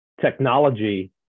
technology